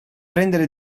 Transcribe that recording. prendere